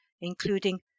including